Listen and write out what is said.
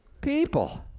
people